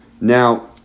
Now